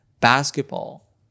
basketball